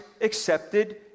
accepted